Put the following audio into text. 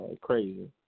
crazy